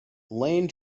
lane